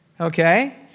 okay